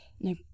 No-